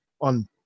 on